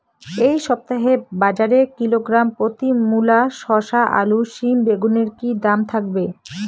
এই সপ্তাহে বাজারে কিলোগ্রাম প্রতি মূলা শসা আলু সিম বেগুনের কী দাম থাকবে?